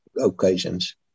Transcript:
occasions